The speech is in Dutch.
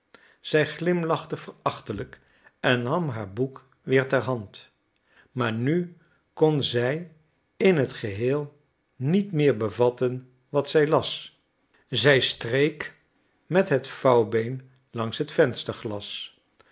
zij glimlachte verachtelijk en nam haar boek weer ter hand maar nu kon zij in het geheel niet meer bevatten wat zij las zij streek met het vouwbeen langs het vensterglas